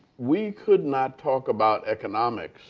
we could not talk about economics